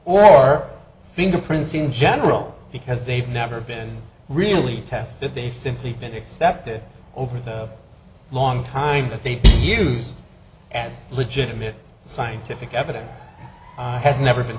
or fingerprints in general because they've never been really tested they simply been accepted over the long time that they use as legitimate scientific evidence has never been